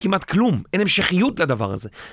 כמעט כלום, אין המשכיות לדבר הזה.